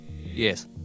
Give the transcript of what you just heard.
Yes